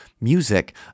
music